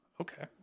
Okay